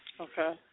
Okay